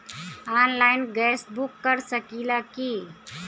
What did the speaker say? Online gas book कर सकिले की?